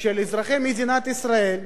של אזרחי מדינת ישראל,